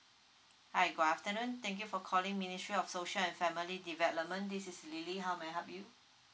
hi good afternoon thank you for calling ministry of social and family development this is lily how may I help you